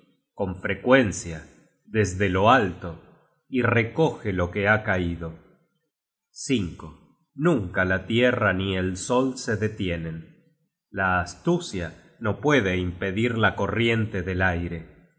con frecuencia desde lo alto y recoge lo que ha caido nunca la tierra ni el sol se detienen la astucia no puede impedir la corriente del aire